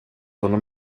honom